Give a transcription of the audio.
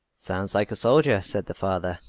sounds like a soldier, said the father.